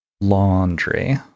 Laundry